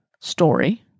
story